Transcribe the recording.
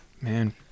Man